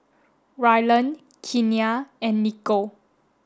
Ryland Kenia and Niko